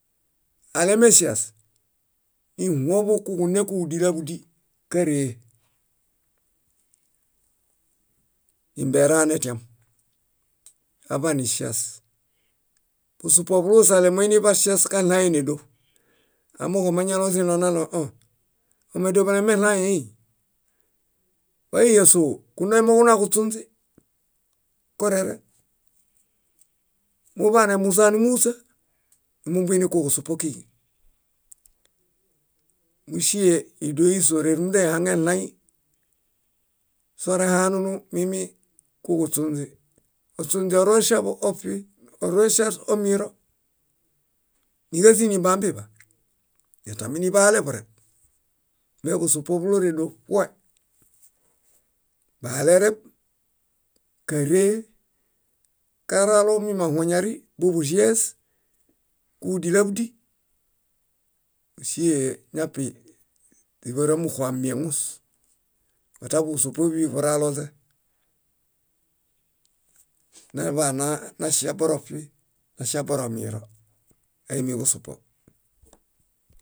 . Alemeŝias, nihũḃũ kuġune kúġudilaḃudi káree nímberanetiam, aḃaniŝias. Busupo bulusale moinibaŝias kaɭayenédoṗ. Amooġo mañalozĩlõ naɭo õ, ome édoṗ meɭãẽi. Wai ñásoo kunoi moġunaġuśunźi kareḃe. Muḃanemuza núhuśa, numumbiini kuġusupo kíġi. Múŝie ídoisohumunda ihaŋeɭãĩ sorehanunu muimi kuġuśunźi. Ośunźi orueŝia oṗi, orueŝia omiro, níġazini bambiḃa, ñataminibahalebureb. Meḃusupo bulorédoṗue: bahalereb, káree karalo mimahuoñari, buḃuzies, kúġudilaḃudi. Mósie ñapi źiḃara- muxu amieŋus mata buḃusupo bíḃi buraloźe naḃanaŝiaboroṗi naŝiaboromiiro, aimiḃusupo.